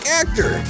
actor